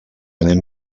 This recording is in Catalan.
anem